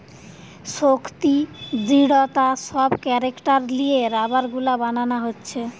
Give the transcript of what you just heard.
শক্তি, দৃঢ়তা সব ক্যারেক্টার লিয়ে রাবার গুলা বানানা হচ্ছে